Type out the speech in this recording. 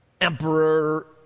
emperor